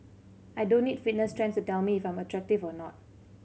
I don't need fitness trends to tell me if I'm attractive or not